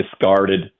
discarded